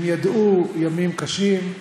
הם ידעו ימים קשים,